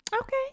Okay